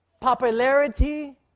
Popularity